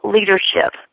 Leadership